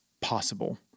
possible